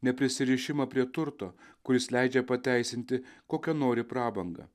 neprisirišimą prie turto kuris leidžia pateisinti kokią nori prabangą